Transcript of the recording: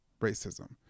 racism